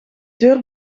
deur